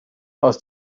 aus